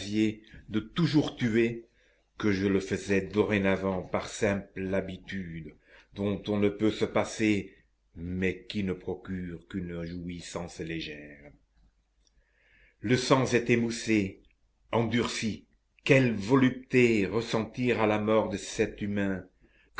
de toujours tuer que je le faisais dorénavant par simple habitude dont on ne peut se passer mais qui ne procure qu'une jouissance légère le sens est émoussé endurci quelle volupté ressentir à la mort de cet être humain